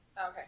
Okay